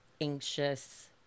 anxious